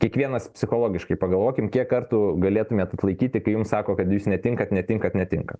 kiekvienas psichologiškai pagalvokim kiek kartų galėtumėt atlaikyti kai jums sako kad jūs netinkat netinkat netinka